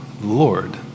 Lord